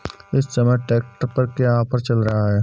इस समय ट्रैक्टर पर क्या ऑफर चल रहा है?